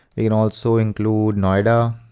can also include noida